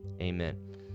amen